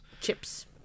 Chips